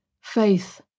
faith